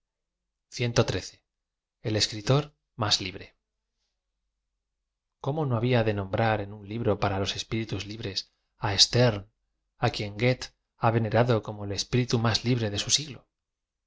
escritor más libre icómo no habia de nombrar en un libro para los espíritus libres á stem e á quien goethe ha venera do como el espiritu más libre de su siglo